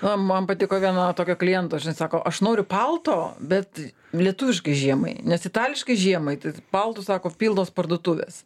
man patiko vieno tokio kliento žinai sako aš noriu palto bet lietuviškai žiemai nes itališkai žiemai tai paltų sako pilnos parduotuvės